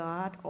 God